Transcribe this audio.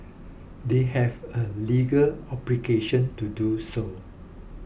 they have a legal obligation to do so